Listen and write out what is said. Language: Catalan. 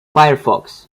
firefox